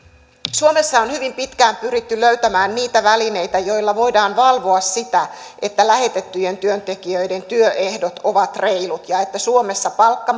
suomessa on hyvin pitkään pyritty löytämään niitä välineitä joilla voidaan valvoa sitä että lähetettyjen työntekijöiden työehdot ovat reilut ja että suomessa palkka